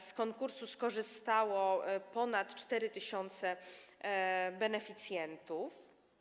Z konkursu skorzystało ponad 4 tys. beneficjentów.